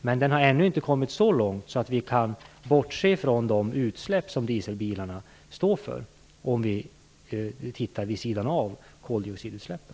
Men den har ännu inte kommit så långt att vi kan bortse från de utsläpp som dieselbilarna står för om vi tittar vid sidan av koldioxidutsläppen.